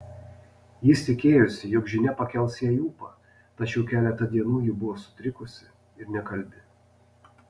jis tikėjosi jog žinia pakels jai ūpą tačiau keletą dienų ji buvo sutrikusi ir nekalbi